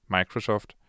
Microsoft